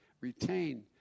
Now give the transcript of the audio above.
retain